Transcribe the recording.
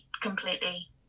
completely